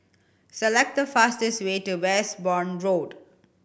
select the fastest way to Westbourne Road